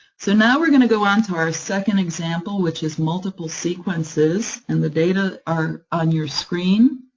so now we're going to go on to our second example, which is multiple sequences, and the data are on your screen.